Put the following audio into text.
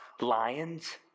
lions